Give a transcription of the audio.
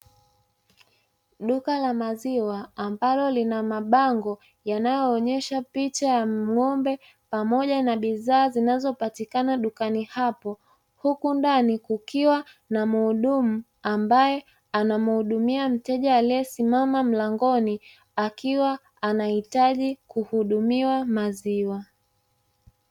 Duka la maziwa ambalo lina mabango yanayoonyesha picha ya ng'ombe pamoja na bidhaa zinazopatikana dukani hapo. Huku ndani kukiwa na mhudumu ambaye anamhudumia mteja aliyesimama mlangoni akiwa anahitaji kuhudumiwa maziwa.